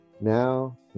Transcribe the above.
Now